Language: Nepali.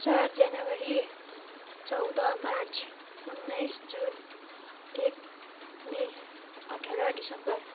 चार जनवरी चौध मार्च उन्नाइस जुन एक मई अठार डिसेम्बर